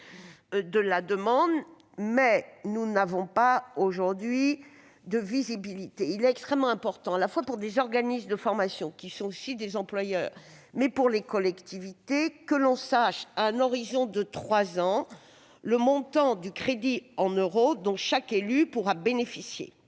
de la demande. Et nous n'avons pas de visibilité. Il est extrêmement important, pour les organismes de formation, qui sont aussi des employeurs, comme pour les collectivités, de connaître à un horizon de trois ans le montant du crédit en euros dont chaque élu pourra bénéficier.